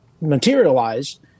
materialize